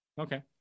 Okay